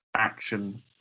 action